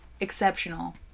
Exceptional